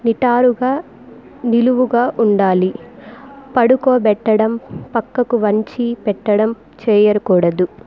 నిటారుగా నిలువుగా ఉండాలి పడుకోబెట్టడం పక్కకు వంచి పెట్టడం చేయకూడదు